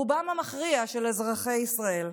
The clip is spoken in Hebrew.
רובם המכריע של אזרחי ישראל.